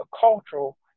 cultural